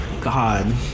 God